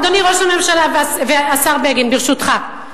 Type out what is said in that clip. אדוני ראש הממשלה והשר בגין, ברשותך.